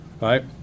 right